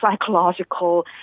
psychological